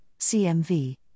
CMV